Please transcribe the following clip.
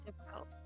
difficult